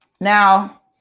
Now